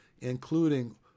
including